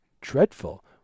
dreadful